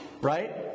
right